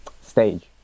stage